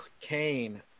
kane